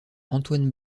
antoine